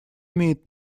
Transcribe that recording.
имеет